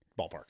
ballpark